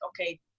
okay